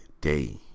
day